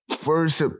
first